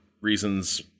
reasons